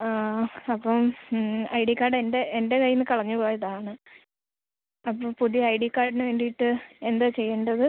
ആ അപ്പം മ്മ് ഐ ഡി കാർഡ് എൻ്റെ എൻ്റെ കയ്യിൽനിന്ന് കളഞ്ഞ് പോയതാണ് അപ്പം പുതിയ ഐ ഡി കാർഡിന് വേണ്ടിയിട്ട് എന്താ ചെയ്യേണ്ടത്